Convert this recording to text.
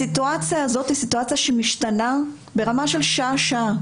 הסיטואציה הזאת היא סיטואציה שמשתנה ברמה של שעה-שעה,